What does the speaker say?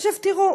עכשיו תראו,